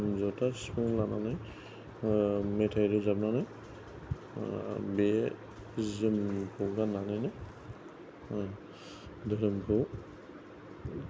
खाम ज'था सिफुं लानानै मेथाय रोजाबनानै बे जि जोमखौ गाननानै धोरोमखौ